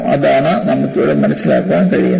അതാണ് നമുക്ക് ഇവിടെ മനസ്സിലാക്കാൻ കഴിയുന്നത്